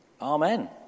Amen